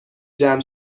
جمع